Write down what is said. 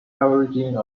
averaging